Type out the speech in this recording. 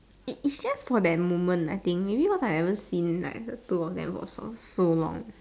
it it's just for that moment I think maybe because I never see the two of them for so long